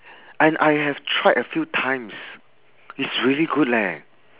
and I have tried a few times it's really good leh